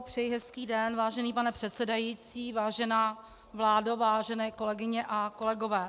Přeji hezký den, vážený pane předsedající, vážená vládo, vážené kolegyně a kolegové.